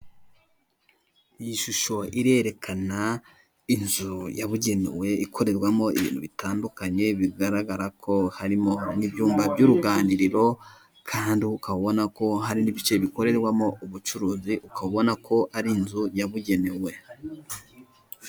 Iyi shusho irerekana inzu yabugenewe ikorerwamo ibintu bitandukanye bigaragara ko harimo n'ibyumba by'uruganiriro kandi ukaba ubona ko hari n'ibice bikorerwamo ubucuruzi ,ukabona ko ari inzu yabugenewe.